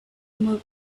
more